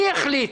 מי יחליט?